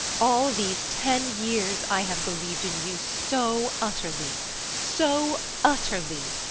all these ten years i have believed in you so utterly so utterly.